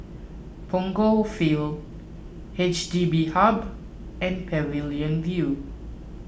Punggol Field H D B Hub and Pavilion View